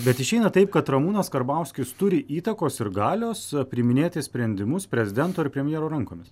bet išeina taip kad ramūnas karbauskis turi įtakos ir galios priiminėti sprendimus prezidento ir premjero rankomis